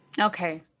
Okay